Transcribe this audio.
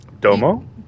Domo